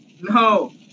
No